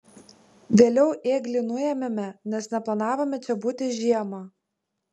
vėliau ėglį nuėmėme nes neplanavome čia būti žiemą